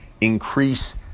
increase